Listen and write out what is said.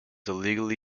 illegally